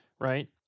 right